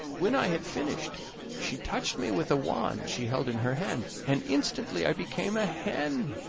when i had finished she touched me with a wand she held in her hand, and instantly i became a hen,